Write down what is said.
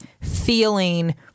feeling